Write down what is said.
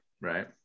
right